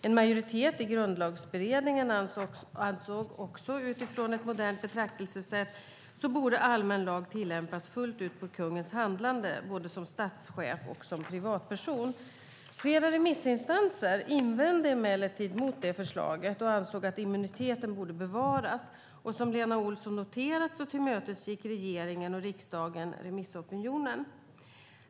En majoritet i Grundlagberedningen ansåg att utifrån ett modernt betraktelsesätt borde allmän lag tillämpas fullt ut på kungens handlade, både som statschef och som privatperson. Flera remissinstanser invände emellertid mot det förslaget och ansåg att immuniteten borde bevaras. Som Lena Olsson noterat tillmötesgick regeringen och riksdagen remissopinionen.